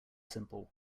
simple